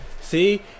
See